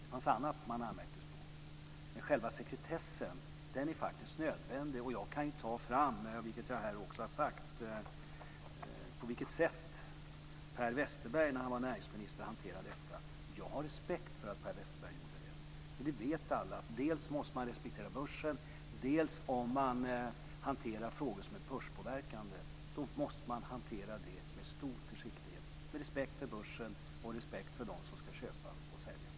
Det fanns annat som man anmärkte på, men själva sekretessen är faktiskt nödvändig. Jag kan ta fram - vilket jag här också har sagt - på vilket sätt Per Westerberg hanterade detta när han var näringsminister. Jag har respekt för att Per Westerberg gjorde så. Alla vet ju att man dels måste respektera börsen, dels - om man hanterar frågor som är börspåverkande - måste hantera frågorna med stor försiktighet och med respekt för börsen och för dem som ska köpa och sälja.